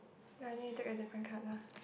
ya then you took a different colour